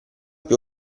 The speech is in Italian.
più